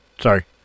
Sorry